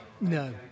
no